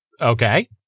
okay